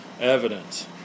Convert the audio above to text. evidence